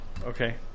Okay